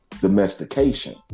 Domestication